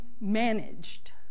managed